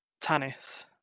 Tannis